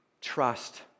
trust